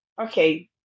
Okay